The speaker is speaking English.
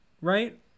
right